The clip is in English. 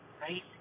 right